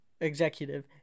executive